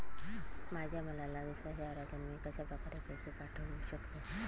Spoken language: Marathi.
माझ्या मुलाला दुसऱ्या शहरातून मी कशाप्रकारे पैसे पाठवू शकते?